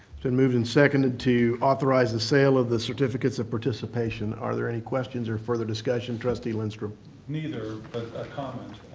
it's been moved and seconded to authorize the sale of the certificates of participation. are there any questions or further discussion? trustee lindstrom neither, but a comment.